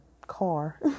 car